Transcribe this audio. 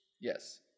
Yes